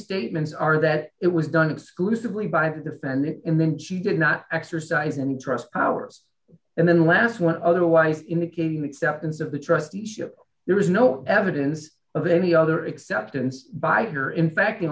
statements are that it was done exclusively by the defendant and then she did not exercise and trust ours and then last one otherwise indicating acceptance of the trusteeship there is no evidence of any other acceptance by her in fact the